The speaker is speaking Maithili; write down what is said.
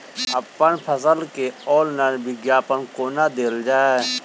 अप्पन फसल केँ ऑनलाइन विज्ञापन कोना देल जाए?